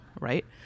right